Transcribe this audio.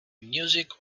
music